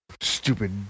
Stupid